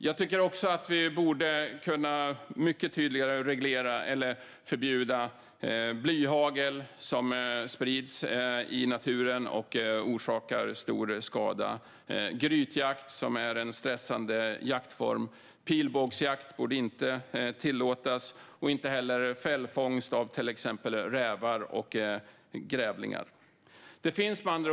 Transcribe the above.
Jag tycker också att vi mycket tydligare borde kunna reglera eller förbjuda blyhagel, som sprids i naturen och orsakar stor skada. Det gäller även grytjakt, som är en stressande jaktform. Pilbågsjakt borde inte tillåtas och inte heller fällfångst av till exempel rävar och grävlingar. Fru talman!